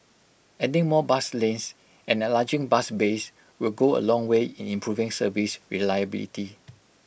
adding more bus lanes and enlarging bus bays will go A long way in improving service reliability